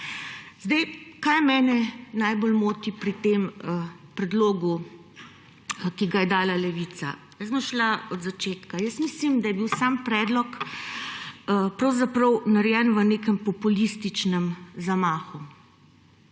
Kaj mene najbolj moti pri tem predlogu, ki ga je dala Levica? Jaz bom šla od začetka. Mislim, da je bil sam predlog narejen v nekem populističnem zamahu,